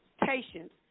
patience